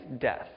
death